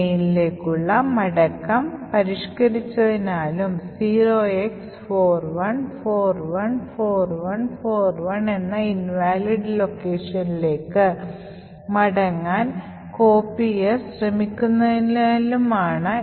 mainക്കുള്ള മടക്കം പരിഷ്ക്കരിച്ചതിനാലും 0x41414141 എന്ന ഇൻവാലിഡ് ലൊക്കേഷനിലേക്ക് മടങ്ങാൻ copier ശ്രമിക്കുന്നതിനാലുമാണിത്